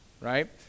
Right